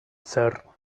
sir